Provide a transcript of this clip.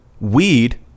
Weed